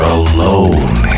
alone